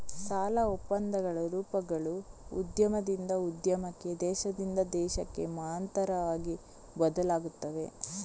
ಸಾಲ ಒಪ್ಪಂದಗಳ ರೂಪಗಳು ಉದ್ಯಮದಿಂದ ಉದ್ಯಮಕ್ಕೆ, ದೇಶದಿಂದ ದೇಶಕ್ಕೆ ಮಹತ್ತರವಾಗಿ ಬದಲಾಗುತ್ತವೆ